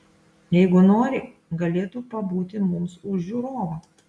jeigu nori galėtų pabūti mums už žiūrovą